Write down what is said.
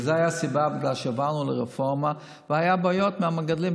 והסיבה הייתה בגלל שבאנו לרפורמה והיו בעיות עם המגדלים,